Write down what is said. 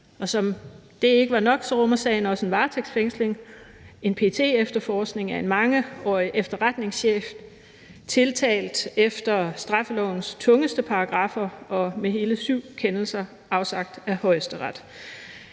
om det ikke var nok, rummer sagen også en varetægtsfængsling, en PET-efterforskning af en mangeårig efterretningschef tiltalt efter straffelovens tungeste paragraffer og med hele syv kendelser afsagt af Højesteret.